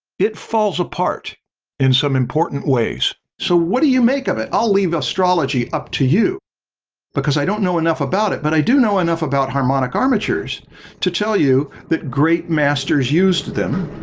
it falls apart in some important ways. so, what do you make of it? i'll leave astrology up to you because i don't know enough about it. but i do know enough about harmonic armatures to tell you that great masters used them